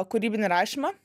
kūrybinį rašymą